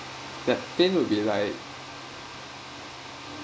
that thing will be like